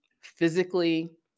physically